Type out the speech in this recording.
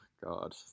God